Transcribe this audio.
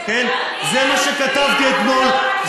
זה מה שכתבתי אתמול,